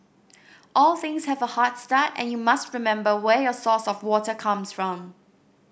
all things have a hard start and you must remember where your source of water comes from